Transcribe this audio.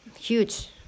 huge